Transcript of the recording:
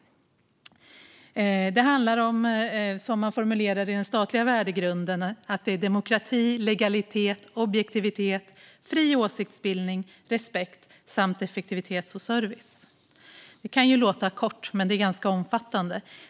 I den statliga värdegrunden handlar det om demokrati, legalitet, objektivitet, fri åsiktsbildning, respekt, effektivitet och service. Det kan låta kortfattat men är ganska omfattande.